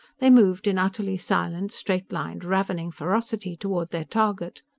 they moved in utterly silent, straight-lined, ravening ferocity toward their target.